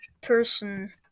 person